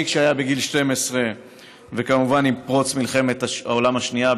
כשהיה בגיל 12. עם פרוץ מלחמת העולם השנייה,